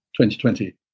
2020